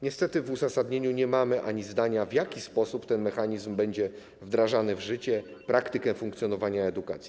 Niestety w uzasadnieniu nie mamy ani jednego zdania, w jaki sposób ten mechanizm będzie wdrażany w życie, praktykę funkcjonowania edukacji.